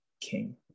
king